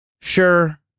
sure